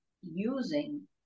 using